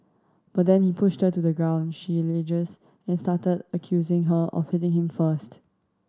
but then he pushed her to the ground she alleges and started accusing her of hitting him first